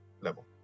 level